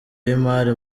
y’imari